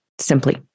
simply